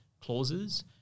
clauses